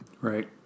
Right